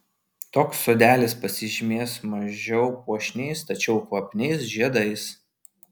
toks sodelis pasižymės mažiau puošniais tačiau kvapniais žiedais